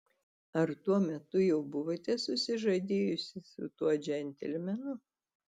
ar tuo metu jau buvote susižadėjusi su tuo džentelmenu